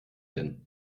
denn